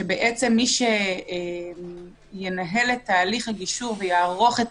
שמי שינהל את הליך הגישור ויערוך את